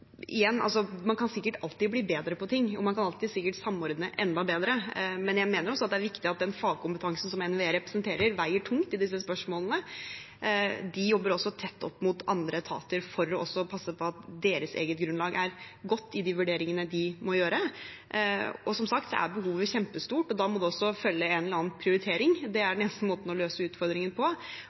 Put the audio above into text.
kan sikkert alltid samordne enda bedre, men jeg mener det er viktig at den fagkompetansen som NVE representerer, veier tungt i disse spørsmålene. De jobber også tett opp mot andre etater for å passe på at deres eget grunnlag er godt i de vurderingene de må gjøre. Som sagt: Behovet er kjempestort, og da må det også følge en eller annen prioritering. Det er den eneste måten å løse utfordringen på.